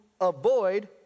avoid